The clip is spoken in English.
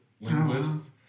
linguists